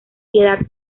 piedad